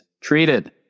treated